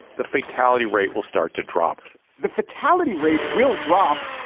the fatality rate will start to drop the fatality rate will drop.